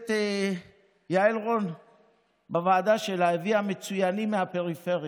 הכנסת יעל רון הביאה לוועדה שלה מצוינים מהפריפריה,